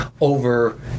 over